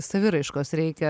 saviraiškos reikia